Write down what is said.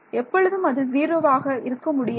எப்பொழுதும் அது ஜீரோவாக இருக்க முடியாது